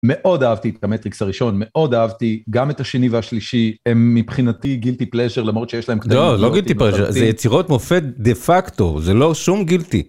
מאוד אהבתי את המטריקס הראשון, מאוד אהבתי גם את השני והשלישי, הם מבחינתי גילטי פלאז'ר, למרות שיש להם קטעים... לא, לא גילטי פלאז'ר. זה יצירות מופת דה פקטו, זה לא שום גילטי.